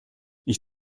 ich